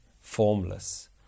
formless